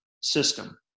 system